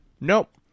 Nope